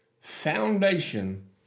foundation